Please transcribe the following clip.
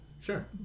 Sure